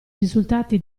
risultati